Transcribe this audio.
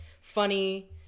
funny